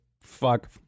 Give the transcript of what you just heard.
fuck